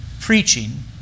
preaching